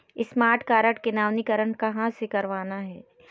Smart card के नवीनीकरण कहां से करवाना हे?